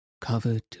covered